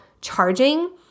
charging